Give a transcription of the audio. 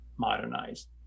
Modernized